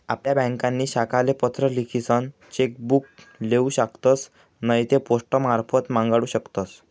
आपली ब्यांकनी शाखाले पत्र लिखीसन चेक बुक लेऊ शकतस नैते पोस्टमारफत मांगाडू शकतस